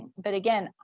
but again,